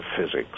physics